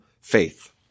faith